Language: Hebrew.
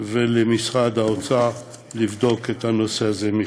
ולמשרד האוצר לבדוק את הנושא הזה מחדש.